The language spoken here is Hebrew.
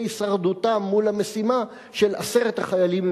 הישרדותם מול המשימה של עשרת החיילים.